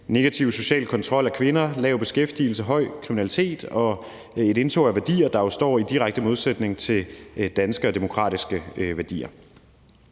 Negativ social kontrol af kvinder, lav beskæftigelse, høj kriminalitet og et indtog af værdier, der jo står i direkte modsætning til danske demokratiske værdier.